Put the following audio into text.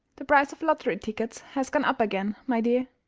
the price of lottery tickets has gone up again, my dear.